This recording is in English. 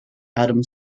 adam